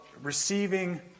receiving